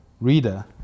reader